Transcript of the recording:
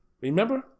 Remember